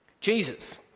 Jesus